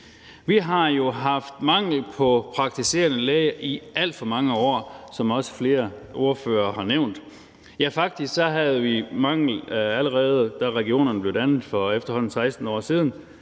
Vi har jo haft en mangel på praktiserende læger i alt for mange år, som også flere ordførere har nævnt. Faktisk havde vi en mangel, allerede da regionerne blev dannet for efterhånden 16 år siden.